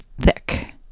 thick